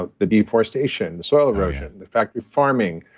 but the deforestation, the soil erosion, the factory farming,